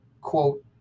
quote